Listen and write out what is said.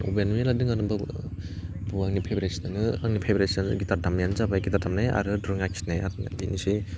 हबिआनो मेरला दङ आंनो बाव अह आंनि पेभारेटसिनानो आंनि पेभारेटसिनानो गिटार दामनायानो जाबाय गिटार दामनाय आरो ड्रइं आखिनाय आर बेनोसै